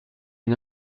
une